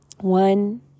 one